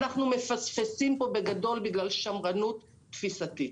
אנחנו מפספסים פה בגדול בגלל שמרנות תפיסתית.